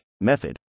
method